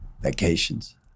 Vacations